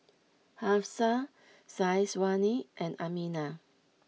Hafsa Syazwani and Aminah